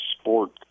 sport